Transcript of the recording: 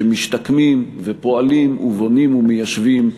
שמשתקמים ופועלים ובונים ומיישבים,